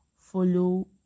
follow